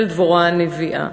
של דבורה הנביאה.